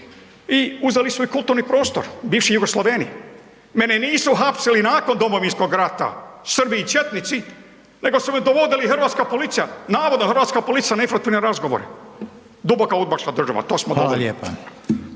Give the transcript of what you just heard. i uzeli su i kulturni prostor bivši jugosloveni. Mene nisu hapsili nakon Domovinskog rata Srbi i četnici, nego su me dovodila hrvatska policija, navodna hrvatska policija na informativne razgovore, duboka udbaška država, to smo dobili. **Reiner,